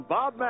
Bob